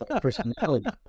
personality